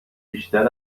بیشتر